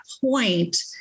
point